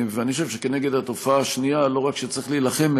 ואני חושב שכנגד התופעה השנייה לא רק שצריך להילחם,